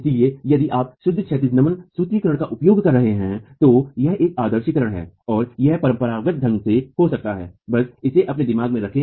इसलिए यदि आप शुद्ध क्षैतिज नमन सूत्रीकरण का उपयोग कर रहे हैं तो यह एक आदर्शीकरण है और यह परंपरागत ढंग से हो सकता है बस इसे अपने दिमाग में रखें